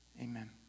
Amen